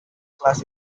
class